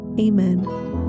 Amen